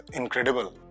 incredible